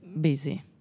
busy